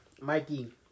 Mikey